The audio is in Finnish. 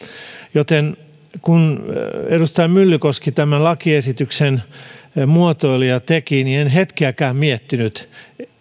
joten kun edustaja myllykoski tämän lakiesityksen muotoili ja teki en hetkeäkään miettinyt